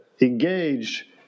engage